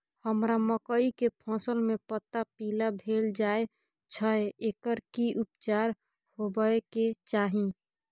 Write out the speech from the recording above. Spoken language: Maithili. हमरा मकई के फसल में पता पीला भेल जाय छै एकर की उपचार होबय के चाही?